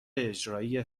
اجرایی